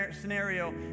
scenario